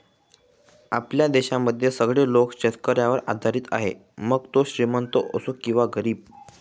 आपल्या देशामध्ये सगळे लोक शेतकऱ्यावर आधारित आहे, मग तो श्रीमंत असो किंवा गरीब